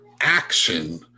action